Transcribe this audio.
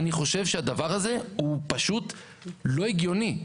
אני חושב שהדבר הזה הוא פשוט לא הגיוני.